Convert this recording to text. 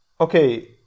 okay